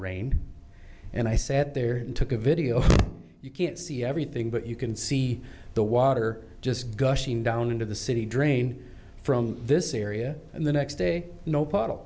rain and i sat there and took a video you can't see everything but you can see the water just gushing down into the city drain from this area and the next day no bottle